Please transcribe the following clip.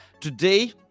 Today